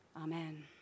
amen